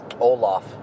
Olaf